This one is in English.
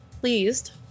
pleased